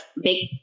big